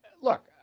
look